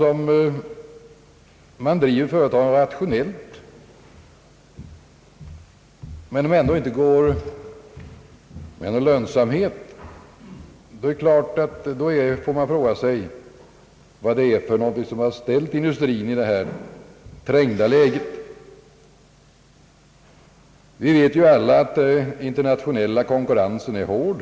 Om företagen drivs rationellt men ändå inte är lönsamma, måste man fråga hur det kommer sig att industrin har hamnat i detta trängda läge. Vi vet alla att den internationella konkurrensen är hård.